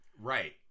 Right